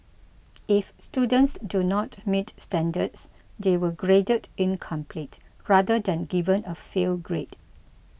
if students do not meet standards they were graded incomplete rather than given a fail grade